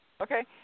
okay